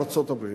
ארצות-הברית?